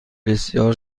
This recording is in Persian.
بسیار